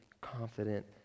confident